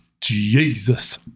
Jesus